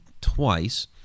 twice